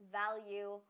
value